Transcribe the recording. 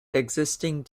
existing